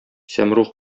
сәмруг